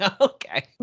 Okay